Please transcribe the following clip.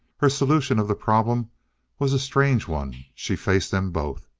her solution of the problem was a strange one. she faced them both.